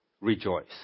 rejoice